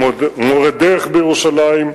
"מורה דרך בירושלים",